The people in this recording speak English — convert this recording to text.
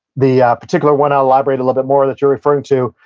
the ah particular one, i'll elaborate a little bit more, that you're referring to,